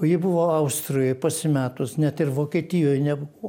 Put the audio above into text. o ji buvo austrijoj pasimetus net ir vokietijoj nebuvo